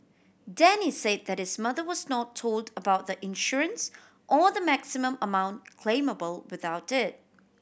Denny say that his mother was not told about the insurance or the maximum amount claimable without it